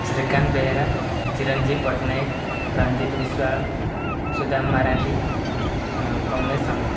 Srikanth Behera Chiranjeeb Pattnaik Ranjit Biswal Sudam Marandi Kamlesh Shanda